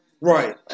Right